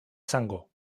sango